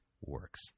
works